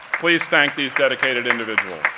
please thank these dedicated individuals.